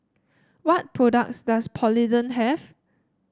what products does Polident have